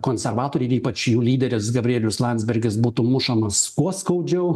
konservatoriai ir ypač jų lyderis gabrielius landsbergis būtų mušamas kuo skaudžiau